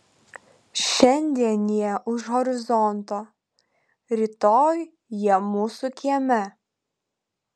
šiandien jie už horizonto rytoj jie mūsų kieme